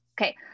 okay